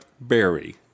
Berry